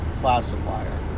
classifier